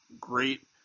great